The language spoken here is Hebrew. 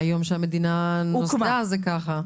מהיום שהמדינה נוסדה זה ככה.